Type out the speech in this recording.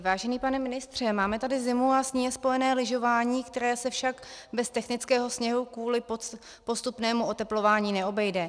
Vážený pane ministře, máme tady zimu a s ní je spojené lyžování, které se však bez technického sněhu kvůli postupnému oteplování neobejde.